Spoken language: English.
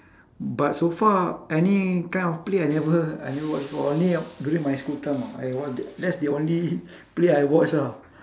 but so far any kind of play I never I never watch before only during my school time ah I watch the that's the only play I watch ah